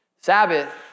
Sabbath